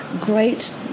great